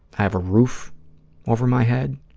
i have a roof over my head,